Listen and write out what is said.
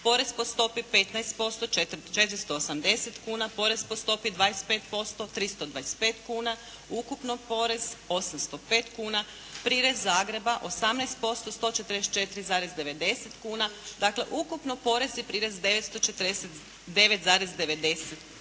porez po stopi 15% 480 kuna, porez po stopi 25% 325 kuna, ukupno porez 805 kuna, prirez Zagreba 18% 144,90 kuna. Dakle, ukupno porez i prirez 949,90 kuna